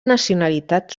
nacionalitat